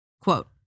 quote